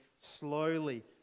slowly